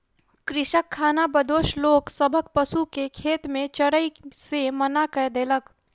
कृषक खानाबदोश लोक सभक पशु के खेत में चरै से मना कय देलक